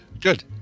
good